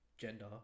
gender